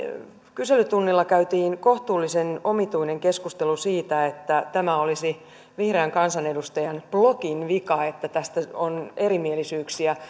kyselytunnilla käytiin kohtuullisen omituinen keskustelu siitä että tämä olisi vihreän kansanedustajan blogin vika että tästä on erimielisyyksiä